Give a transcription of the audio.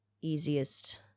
easiest